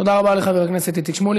תודה רבה לחבר הכנסת איציק שמולי.